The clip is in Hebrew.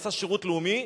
עשה שירות לאומי,